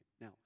Now